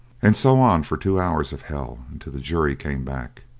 and so on for two hours of hell until the jury came back.